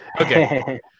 okay